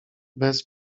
bez